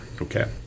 okay